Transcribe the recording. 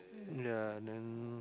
ya and then